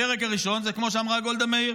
הפרק הראשון זה, כמו שאמרה גולדה מאיר,